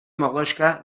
mordoxka